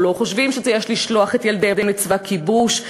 או לא חושבים שיש לשלוח את ילדיהם לצבא כיבוש,